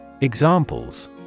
Examples